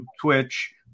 Twitch